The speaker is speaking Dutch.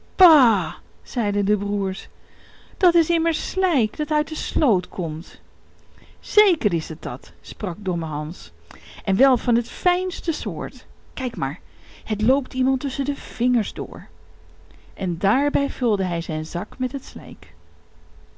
ba zeiden de broers dat is immers slijk dat uit de sloot komt zeker is het dat sprak domme hans en wel van het fijnste soort kijk maar het loopt iemand tusschen de vingers door en daarbij vulde hij zijn zak met het slijk